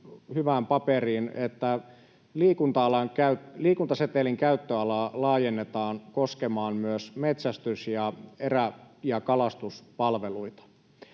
että liikuntasetelin käyttöalaa laajennetaan koskemaan myös metsästys-, erä- ja kalastuspalveluita.